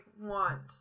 want